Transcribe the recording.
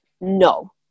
No